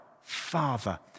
Father